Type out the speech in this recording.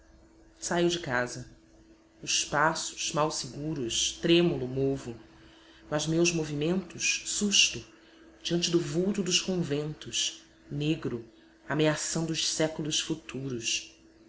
saio de casa os passos mal seguros trêmulo movo mas meus movimentos susto diante do vulto dos conventos negro ameaçando os séculos futuros